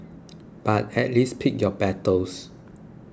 but at least pick your battles